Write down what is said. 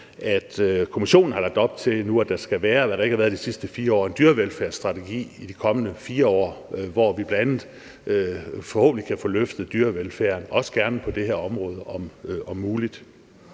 der ikke har været de sidste 4 år – nu skal være en dyrevelfærdsstrategi i de kommende 4 år, hvor vi bl.a. forhåbentlig kan få løftet dyrevelfærden, også gerne på det her område om muligt.